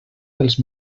dels